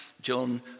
John